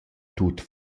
tut